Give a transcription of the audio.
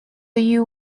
you